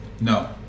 No